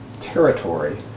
territory